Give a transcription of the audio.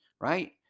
Right